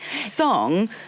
song